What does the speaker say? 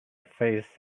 face